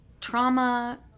Trauma